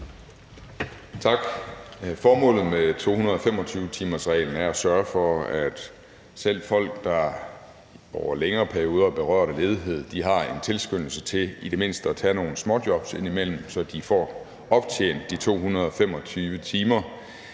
Tak. Formålet med 225-timersreglen er at sørge for, at selv folk, der over længere perioder er berørt af ledighed, har en tilskyndelse til i det mindste at tage nogle småjobs indimellem, så de får optjent de 225 timer,